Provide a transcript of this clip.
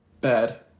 bad